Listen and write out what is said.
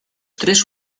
tres